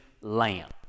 lamb